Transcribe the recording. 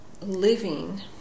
living